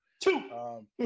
Two